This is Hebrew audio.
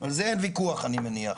על זה אין ויכוח אני מניח.